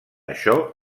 això